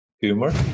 humor